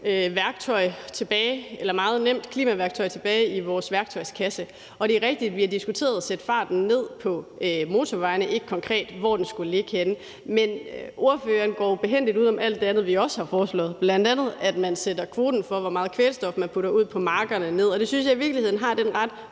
går, jo ikke mange nemme klimaværktøjer tilbage i vores værktøjskasse. Det er rigtigt, at vi har diskuteret at sætte farten ned på motorvejene, men ikke konkret, hvor den skulle ligge henne. Men ordføreren går jo behændigt uden om alt det andet, vi også har foreslået, bl.a. at man sætter kvoten for, hvor meget kvælstof man putter ud på markerne, ned, og det synes jeg i virkeligheden gør den ret